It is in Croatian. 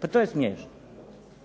Pa to je smiješno,